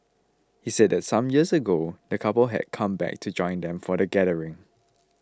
he said that some years ago the couple had come back to join them for the gathering